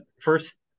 first